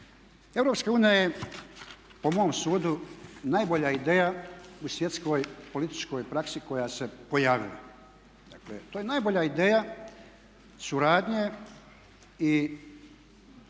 Europska unija je po mom sudu najbolja ideja u svjetskoj političkoj praksi koja se pojavila. Dakle to je najbolja ideja suradnje i